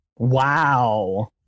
Wow